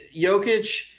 Jokic